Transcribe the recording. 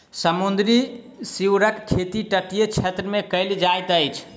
समुद्री सीवरक खेती तटीय क्षेत्र मे कयल जाइत अछि